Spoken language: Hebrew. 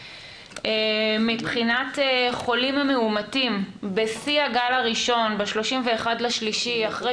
מבחינת חולים מאומתים בשיא הגל הראשון ב-31 במרץ אחרי